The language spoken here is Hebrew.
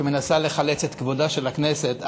שמנסה לחלץ את כבודה של הכנסת.